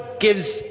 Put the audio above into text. gives